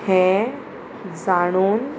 हें जाणून